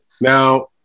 Now